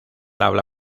habla